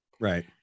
right